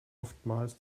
oftmals